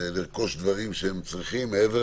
לרכוש דברים שהם צריכים מעבר